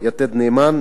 "יתד נאמן",